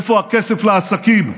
איפה הכסף לעסקים?